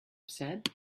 said